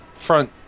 front